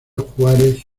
juárez